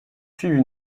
suivent